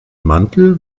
mantel